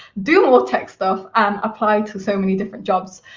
do more tech stuff, and apply to so many different jobs.